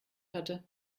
hatte